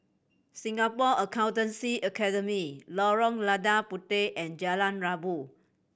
Singapore Accountancy Academy Lorong Lada Puteh and Jalan Rabu